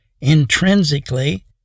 intrinsically